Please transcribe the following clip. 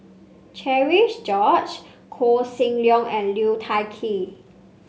Cherian George Koh Seng Leong and Liu Thai Ker